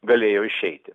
galėjo išeiti